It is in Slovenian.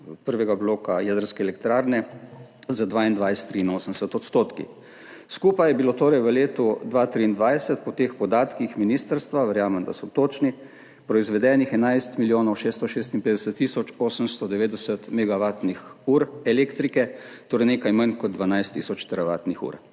prvega bloka jedrske elektrarne z 22,83 %. Skupaj je bilo torej v letu 2023 po teh podatkih ministrstva, verjamem, da so točni, proizvedenih 11 milijonov 656 tisoč 890 megavatnih ur elektrike, torej nekaj manj kot 12 tisoč teravatnih ur.